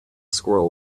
squirrel